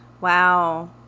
wow